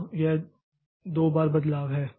तो यह दो बार बदलाव है